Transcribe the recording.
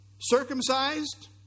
circumcised